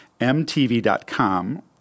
MTV.com